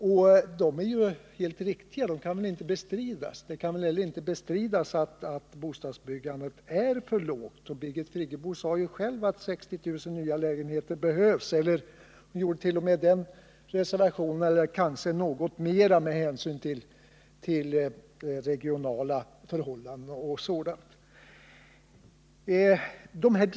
Jämförelsen är helt riktig och kan inte bestridas. Det kan inte heller bestridas att bostadsbyggandet är för lågt. Birgit Friggebo sade ju själv att 60 000 nya lägenheter behövs. Hon gjorde t.o.m. den reservationen att det kanske behövs något mer med hänsyn till regionala förhållanden och sådant.